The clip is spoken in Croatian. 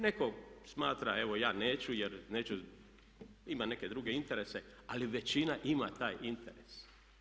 Netko smatra evo ja neću jer neću, ima neke druge interese, ali većina ima taj interes.